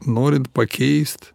norint pakeist